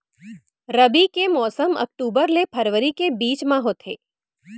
रबी के मौसम अक्टूबर ले फरवरी के बीच मा होथे